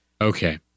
Okay